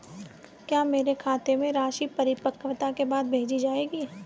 क्या मेरे खाते में राशि परिपक्वता के बाद भेजी जाएगी?